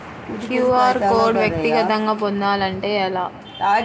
QR code వ్యక్తిగతంగా పొందాలంటే ఎలా?